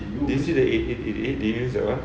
can see the eight eight eight eight that [one]